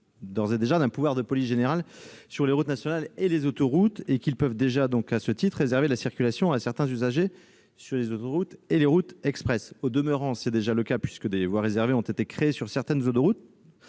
d'ores et déjà d'un pouvoir de police générale sur les routes nationales et les autoroutes. À ce titre, ils peuvent réserver la circulation à certains usagers sur les autoroutes et les routes express. Au demeurant, c'est déjà le cas. Des voies réservées ont été créées sur certaines autoroutes.